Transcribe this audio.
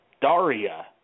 daria